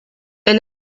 elle